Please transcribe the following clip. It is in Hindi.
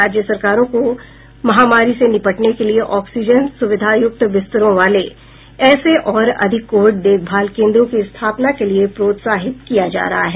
राज्य सरकारों को महामारी से निपटने के लिए ऑक्सीजन सुविधा युक्त बिस्तरों वाले ऐसे और अधिक कोविड देखभाल केन्द्रों की स्थापना के लिए प्रोत्साहित किया जा रहा है